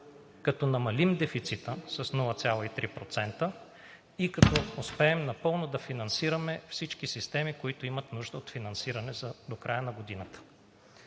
като намалим дефицита с 0,3% и като успеем напълно да финансираме всички системи, които имат нужда от финансиране до края на годината.